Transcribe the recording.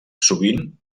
sovint